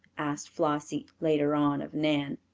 asked flossie, later on, of nan.